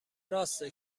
راسته